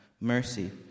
mercy